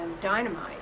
dynamite